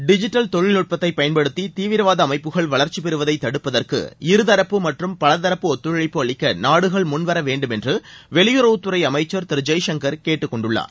digital தொழில்நுட்பத்தை பயன்படுத்தி தீவிரவாத அமைப்புகள் வளர்ச்சி பெறுவதை தடுப்பதற்கு இருதரப்பு மற்றும் பலதரப்பு ஒத்துழைப்பு அளிக்க நாடுகள் முன்வர வேண்டும் என்று வெளியுறவுத் துறை அமைச்சர் திரு ஜெய்சங்கர் கேட்டுக்கொண்டுள்ளார்